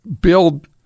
build